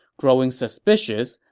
growing suspicious,